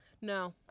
No